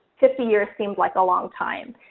fifty years seemed like a long time,